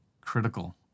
critical